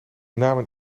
namen